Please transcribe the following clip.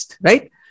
right